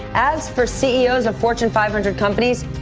as for ceos of fortune five hundred companies,